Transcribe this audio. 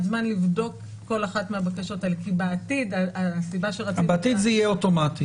זמן לבדוק כל אחת מהבקשות האלה כי בעתיד --- בעתיד זה יהיה אוטומטי.